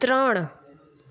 ત્રણ